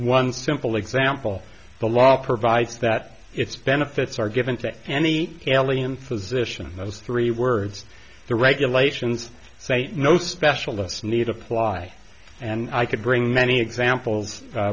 one simple example the law provides that its benefits are given to any alien physician those three words the regulations say no specialists need apply and i could bring many examples